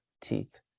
teeth